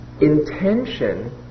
intention